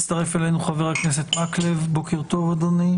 הצטרף אלינו חבר הכנסת מקלב, בוקר טוב, אדוני.